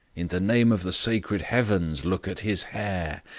in the name of the sacred heavens look at his hair.